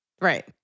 Right